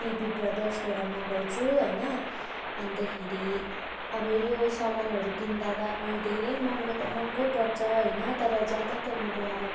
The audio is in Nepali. पिबी ब्रदर्सबाट मगाउँछु होइन अन्तखेरि अब यो सामानहरू किन्दा त अब धेरै महँगो त महँगो पर्छ होइन तर ज्यादातर मेरो अब